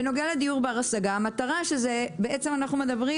בנוגע לדיור בר השגה בעצם אנחנו מדברים